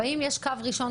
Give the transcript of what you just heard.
האם יש קו ראשון,